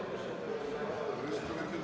Благодаря,